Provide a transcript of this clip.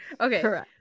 Okay